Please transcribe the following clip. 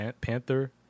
panther